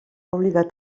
obligat